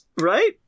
Right